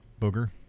booger